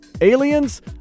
Aliens